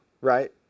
right